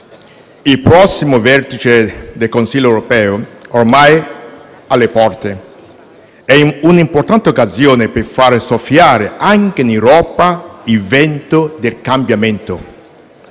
il prossimo vertice del Consiglio europeo, ormai alle porte, è un'importante occasione per far soffiare, anche in Europa, il vento del cambiamento.